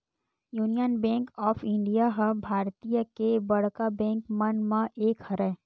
union Bank of India ह भारतीय के बड़का बेंक मन म एक हरय